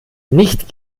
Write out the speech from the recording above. nicht